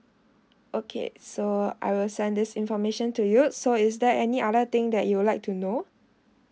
okay so I will send this information to you so is there any other thing that you would like to know